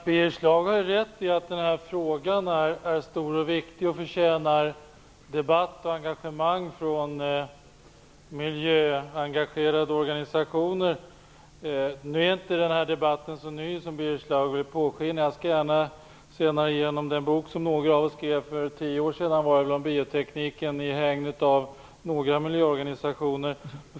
Herr talman! Birger Schlaug har rätt i att den här frågan är stor och viktig och förtjänar debatt och engagemang från miljöengagerade organisationer. Nu är inte debatten så ny som Birger Schlaug vill påskina. Jag skall gärna senare ge honom den bok som några av oss skrev för tio år sedan om biotekniken i hägnet av några miljöorganisationer.